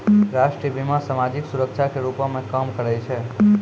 राष्ट्रीय बीमा, समाजिक सुरक्षा के रूपो मे काम करै छै